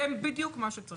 זה בדיוק מה שצריך.